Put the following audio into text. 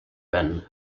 been